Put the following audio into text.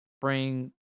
bring